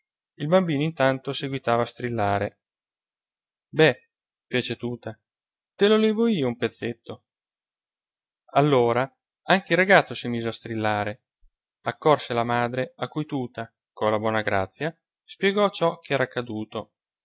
il bambino intanto seguitava a strillare be fece tuta te lo levo io un pezzetto allora anche il ragazzo si mise a strillare accorse la madre a cui tuta co la bona grazia spiegò ciò che era accaduto